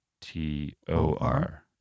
T-O-R